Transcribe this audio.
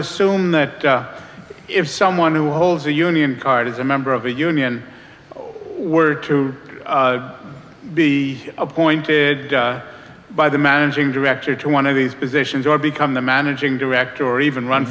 assume that if someone who holds a union card as a member of a union were to be appointed by the managing director to one of these positions or become the managing director or even run